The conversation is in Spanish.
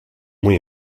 muy